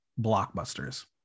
blockbusters